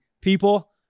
people